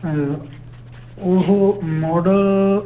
ਉਹ ਮੌਡਲ